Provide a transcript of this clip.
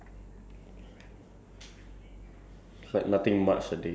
uh ya ya ya like like like um with your